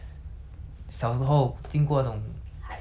hardship lor ya then like that's why